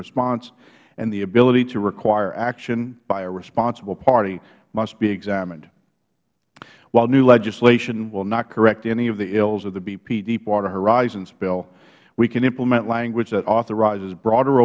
response and the ability to require action by a responsible party must be examined while new legislation will not correct any of the ills of the bp deepwater horizon spill we can implement language that authorizes broader